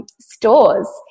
stores